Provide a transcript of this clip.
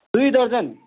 दुई दर्जन